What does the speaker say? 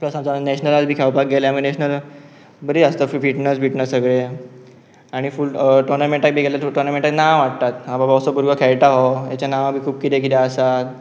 plus नॅशनल्जांक बी खेळपाक गेलें नॅशनल बरी आसता फिटनस बिटनस सगळे आनी फूल टोर्नामेंटाक बी गेल्यां टोर्नामेंटाचान नांवा हाडटात हा असो हो भुरगो खेळटा हो हेचें नांव बी खूब किदें किदें आसात